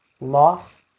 loss